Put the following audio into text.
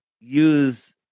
use